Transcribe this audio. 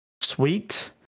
sweet